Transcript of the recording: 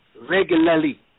regularly